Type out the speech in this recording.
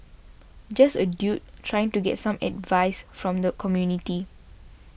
just a dude trying to get some advice from the community